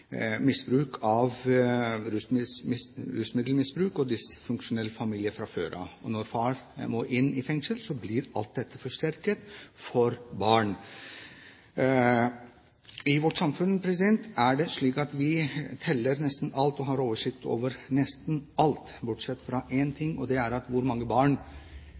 rusmiddelmisbruk, og vedkommende har en dysfunksjonell familie fra før. Når far må i fengsel, blir alt dette forsterket for barn. I vårt samfunn er det slik at vi teller nesten alt og har oversikt over nesten alt, bortsett fra én ting, og det er hvor mange barn